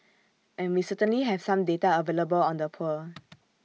and we certainly have some data available on the poor